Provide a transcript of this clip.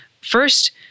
first